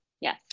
Yes